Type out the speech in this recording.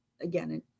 again